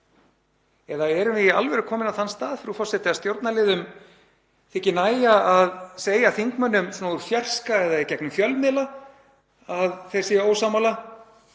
Eða erum við í alvöru komin á þann stað, frú forseti, að stjórnarliðum þyki nægja að segja þingmönnum svona úr fjarska eða í gegnum fjölmiðla að þeir séu ósammála